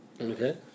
Okay